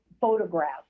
photographs